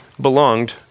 belonged